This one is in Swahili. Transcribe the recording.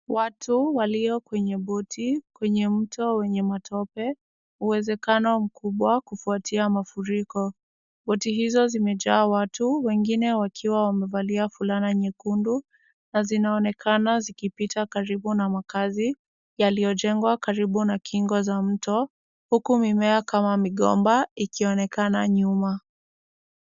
Watu walio kwenye boat , kwenye mto wenye matope, uwezekano mkubwa kufuatia mafuriko. Boat hizo zimejaa watu, wengine wakiwa wamevalia fulana nyekundu na zinaonekana zikipita karibu na makazi, yaliyojengwa karibu na kingo za mto, huku mimea kama migomba ikionekana nyuma.